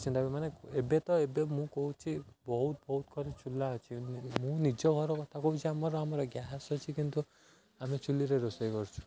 ଚିନ୍ତା ବି ମାନେ ଏବେ ତ ଏବେ ମୁଁ କହୁଛି ବହୁତ ବହୁତ ଘରେ ଚୂଲା ଅଛି ମୁଁ ନିଜ ଘର କଥା କହୁଛି ଆମର ଆମର ଗ୍ୟାସ୍ ଅଛି କିନ୍ତୁ ଆମେ ଚୂଲିରେ ରୋଷେଇ କରୁଛୁ